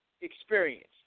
experience